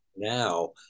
now